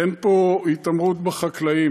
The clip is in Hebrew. אין פה התעמרות בחקלאים.